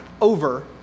over